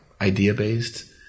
idea-based